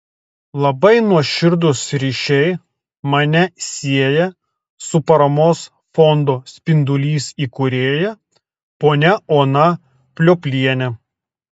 labai nuoširdūs ryšiai mane sieja su paramos fondo spindulys įkūrėja ponia ona pliopliene